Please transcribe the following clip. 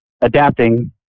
adapting